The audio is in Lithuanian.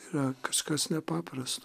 yra kažkas nepaprast